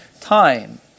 time